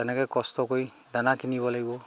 তেনেকৈ কষ্ট কৰি দানা কিনিব লাগিব